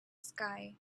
sky